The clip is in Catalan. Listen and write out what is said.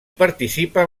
participen